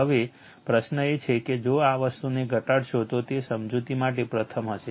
હવે પ્રશ્ન એ છે કે જો આ વસ્તુને ઘટાડશો તો તે સમજૂતી માટે પ્રથમ હશે